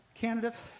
candidates